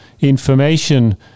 information